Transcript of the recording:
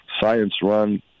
science-run